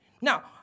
Now